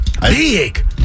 big